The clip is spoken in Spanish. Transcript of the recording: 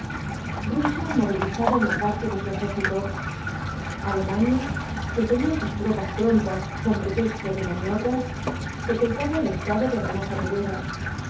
rusia movilizaba una parte de su ejército alemania q e tenía los ouatko jinbtbs dbl apocalipsis sus iropas prontas con pretexto de maniobras decretaba el tetado de amenaza de guerra